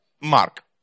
mark